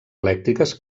elèctriques